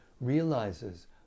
realizes